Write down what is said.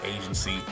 agency